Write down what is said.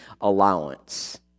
allowance